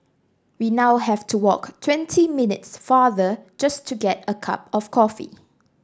we now have to walk twenty minutes farther just to get a cup of coffee